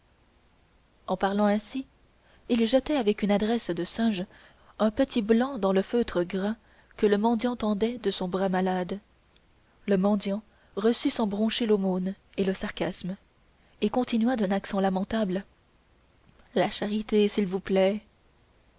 en parlant ainsi il jetait avec une adresse de singe un petit blanc dans le feutre gras que le mendiant tendait de son bras malade le mendiant reçut sans broncher l'aumône et le sarcasme et continua d'un accent lamentable la charité s'il vous plaît